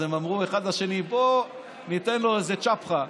אז הם אמרו אחד לשני: בוא ניתן לו איזו צ'פחה,